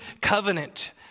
covenant